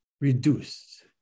reduced